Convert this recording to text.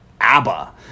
ABBA